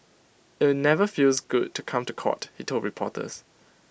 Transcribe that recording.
IT never feels good to come to court he told reporters